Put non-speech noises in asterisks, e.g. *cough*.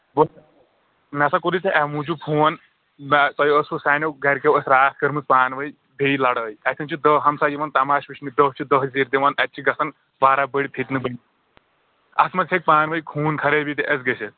*unintelligible* مےٚ سا کوٚرُے ژےٚ اَمہِ موٗجوٗب فون نہ تۄہہِ اوسوُ سانیو گَرِکیو ٲسۍ راتھ کٔرمٕژ پانہٕ ؤنۍ بیٚیہِ لڑٲے اَتھٮ۪ن چھِ دَہ ہَمساے یِوان تَماش وٕچھنہِ دَہ چھِ دَہ زیٖر دِوان تَتہِ چھِ گَژھان واراہ بٔڑۍ فِتنہٕ *unintelligible* اَتھ منٛز ہیٚکہِ پانہٕ ؤنۍ خوٗن خَرٲبی تہِ حظ گٔژھِتھ